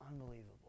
unbelievable